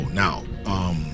Now